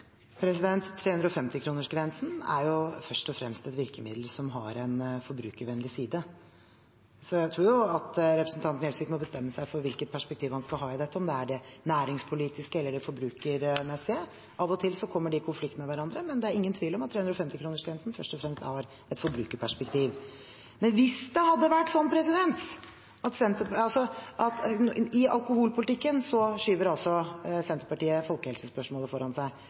er først og fremst et virkemiddel som har en forbrukervennlig side. Jeg tror at representanten Gjelsvik må bestemme seg for hvilket perspektiv han skal ha på dette, om det er det næringspolitiske eller det forbrukermessige. Av og til kommer de i konflikt med hverandre, men det er ingen tvil om at 350-kronersgrensen først og fremst har et forbrukerperspektiv. I alkoholpolitikken skyver Senterpartiet folkehelsespørsmålet foran seg. Men representanten Kjersti Toppe fra Senterpartiet var opptatt av folkehelse da hun mente det var fornuftig å gjøre noe med sukkeravgiftene. Det er mulig Senterpartiet